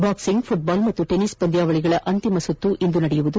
boxing football ಮತ್ತು tennis ಪಂದ್ಯಾವಳಿಗಳ ಅಂತಿಮ ಸುತ್ತು ಇಂದು ನಡೆಯಲಿದೆ